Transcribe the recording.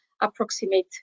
approximate